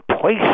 place